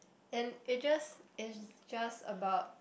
then it just it's just about